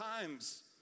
times